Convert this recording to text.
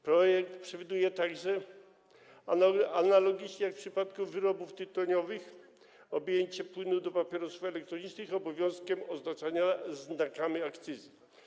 Projekt przewiduje także, analogicznie jak w przypadku wyrobów tytoniowych, objęcie płynów do papierosów elektronicznych obowiązkiem oznaczania znakami akcyzy.